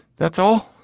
that's all.